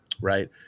right